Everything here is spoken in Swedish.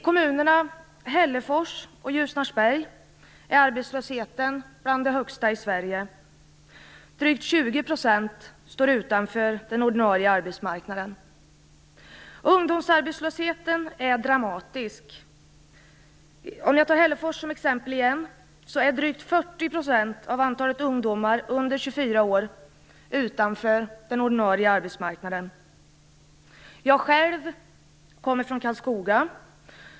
Kommunerna Hällefors och Ljusnarsberg hör till de kommuner i landet som har den högsta arbetslösheten. Drygt 20 % står utanför den ordinarie arbetsmarknaden. Ungdomsarbetslösheten är dramatisk. I Hällefors står drygt 40 % Jag själv kommer från Karlskoga.